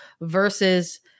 versus